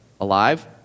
alive